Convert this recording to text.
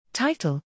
Title